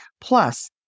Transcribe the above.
Plus